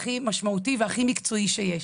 הכי משמעותי והכי מקצועי שיש.